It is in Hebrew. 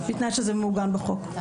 בתנאי שזה מעוגן בחוק.